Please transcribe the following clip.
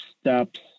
steps